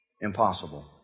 impossible